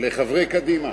לחברי קדימה,